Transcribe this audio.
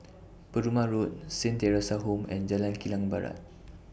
Perumal Road Saint Theresa's Home and Jalan Kilang Barat